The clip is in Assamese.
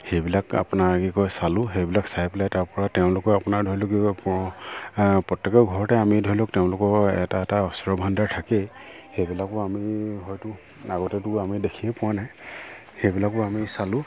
সেইবিলাক আপোনাৰ কি কয় চালোঁ সেইবিলাক চাই পেলাই তাৰ পৰা তেওঁলোকৰ আপোনাৰ ধৰি লওক প প্ৰত্যেকৰ ঘৰতে আমি ধৰি লওক তেওঁলোকৰ এটা এটা অস্ত্ৰ ভাণ্ডাৰ থাকেই সেইবিলাকো আমি হয়তো আগতেতো আমি দেখিও পোৱা নাই সেইবিলাকো আমি চালোঁ